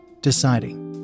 deciding